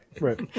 Right